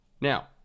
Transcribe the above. Now